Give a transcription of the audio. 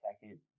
second